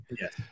Yes